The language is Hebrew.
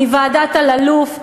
מוועדת אלאלוף,